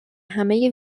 همه